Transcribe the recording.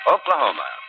Oklahoma